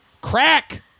Crack